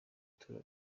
ituro